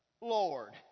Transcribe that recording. Lord